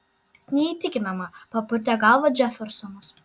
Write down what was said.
neįtikinama papurtė galvą džefersonas